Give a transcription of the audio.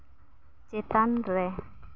ᱪᱮᱛᱟᱱ ᱨᱮ